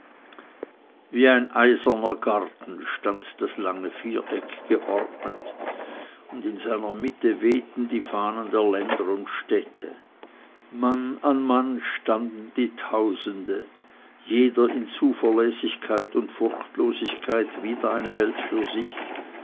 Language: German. wie ein eiserner garten stand das lange viereck geordnet und in seiner mitte wehten die fahnen der länder und städte mann an mann standen die tausende jeder in zuverlässigkeit und furchtlosigkeit wieder eine welt für sich